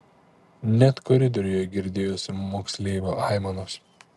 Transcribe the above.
net koridoriuje girdėjosi moksleivio aimanos